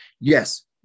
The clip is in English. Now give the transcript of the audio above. yes